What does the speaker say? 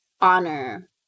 honor